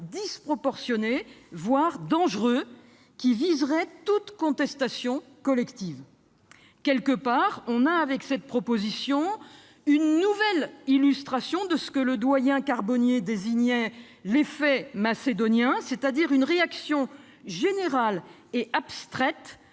disproportionné, voire dangereux, qui viserait toute contestation collective. Cette proposition de loi est une nouvelle illustration de ce que le doyen Carbonnier appelait « l'effet macédonien », c'est-à-dire une réaction générale et abstraite